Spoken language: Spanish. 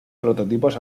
prototipos